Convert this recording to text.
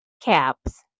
caps